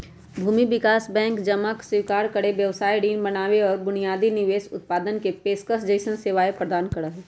भूमि विकास बैंक जमा स्वीकार करे, व्यवसाय ऋण बनावे और बुनियादी निवेश उत्पादन के पेशकश जैसन सेवाएं प्रदान करा हई